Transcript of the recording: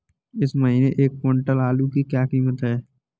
इस महीने एक क्विंटल आलू की क्या कीमत है?